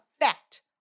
effect